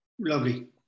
Lovely